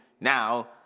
now